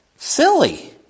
Silly